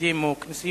מסגדים או כנסיות,